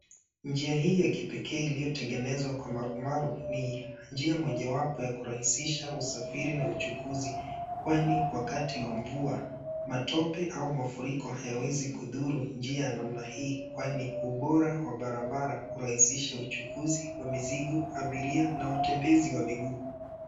Njia hii ya kipekee iliyotengenezwa kwa marumaru ni njia mojawapo ya kurahisisha usafiri na uchunguzi kwani wakati wa mvua matope au mafuriko hayawezi kudhuru njia namna hii kwani ubora wa barabara hurahisisha uchukuzi wa mizigo, abiria na watembizi wa miguu.